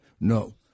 No